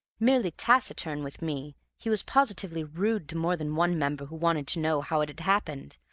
merely taciturn with me, he was positively rude to more than one member who wanted to know how it had happened,